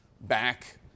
back